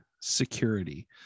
security